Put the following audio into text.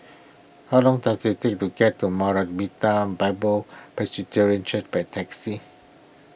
how long does it take to get to Maranatha Bible Church by taxi